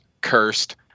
cursed